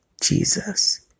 Jesus